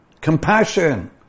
compassion